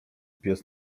pies